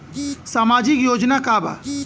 सामाजिक योजना का बा?